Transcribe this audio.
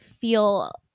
feel